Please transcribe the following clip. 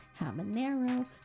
habanero